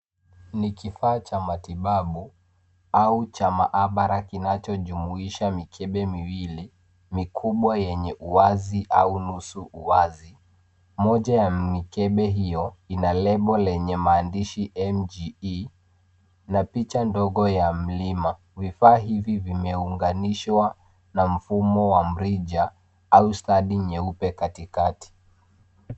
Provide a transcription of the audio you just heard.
Ni kifaa cha matibabu au cha maabara kinachojumuisha mikebe miwili mikubwa yenye uwazi au nusu uwazi. Moja ya mikebe hiyo, ina label lenye maandishi N-G-E, na picha dogo ya mlima. Vifaa hivi vimeunganishwa na mfumo wa mrija au stand nyeupe katikati.